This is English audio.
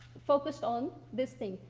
focused on this thing.